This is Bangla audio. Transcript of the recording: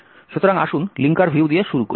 সুতরাং আসুন লিঙ্কার ভিউ দিয়ে শুরু করি